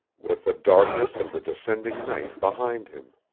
with the darkness of the descending night behind him.